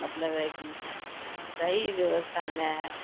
مطلب ہے کہ صحیح ووستھا نہیں ہے